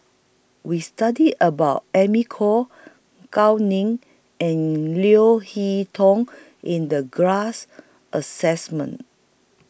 We studied about Amy Khor Gao Ning and Leo Hee Tong in The glass Assessment